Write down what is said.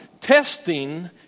Testing